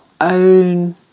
own